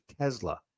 Tesla